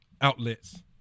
outlets